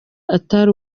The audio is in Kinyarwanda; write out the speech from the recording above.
atari